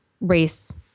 race